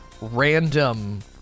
random